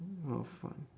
mm !wow! fun